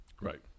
Right